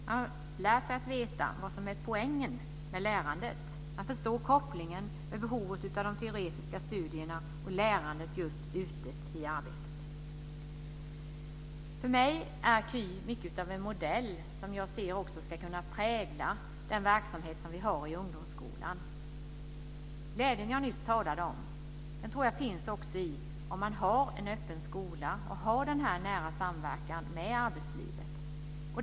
Man lär sig att veta vad som är poängen med lärandet. Man förstår kopplingen mellan behovet av teoretiska studier och lärandet ute i arbetet. För mig är KY mycket av en modell som jag ser också ska kunna prägla den verksamhet som vi har i ungdomsskolan. Glädjen jag nyss talade om tror jag också finns om man har en öppen skola och har denna nära samverkan med arbetslivet.